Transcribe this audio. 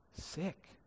sick